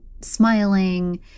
smiling